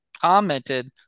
Commented